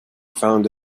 found